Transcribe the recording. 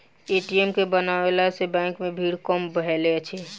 ATM के बनओला सॅ बैंक मे भीड़ कम भेलै अछि